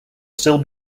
still